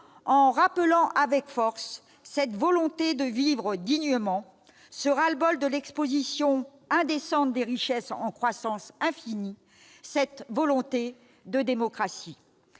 en rappelant avec force cette volonté de vivre dignement, ce ras-le-bol de l'exposition indécente des richesses en croissance infinie, cette volonté de démocratie.